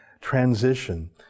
transition